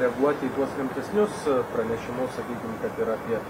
reaguoti į tuos rimtesnius pranešimus sakykim kad ir apie